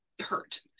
hurt